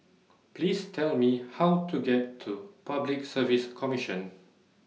Please Tell Me How to get to Public Service Commission